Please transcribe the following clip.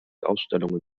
ausstellungen